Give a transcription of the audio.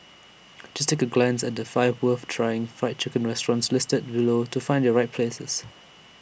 just take A glance at the five worth trying Fried Chicken restaurants listed below to find your right places